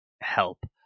help